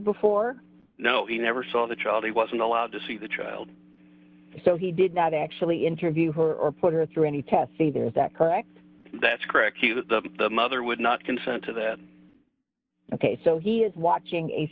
before no he never saw the child he wasn't allowed to see the child so he did not actually interview her or put her through any tests either is that correct that's correct the mother would not consent to that ok so he is watching a